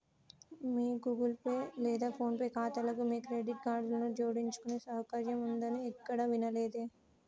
మీ Google Pay లేదా PhonePe ఖాతాలకు మీ క్రెడిట్ కార్డులను జోడించుకునే సౌకర్యం ఉందని ఎక్కడా వినలేదే